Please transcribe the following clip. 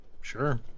Sure